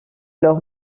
leur